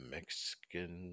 Mexican